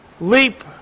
leap